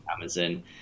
Amazon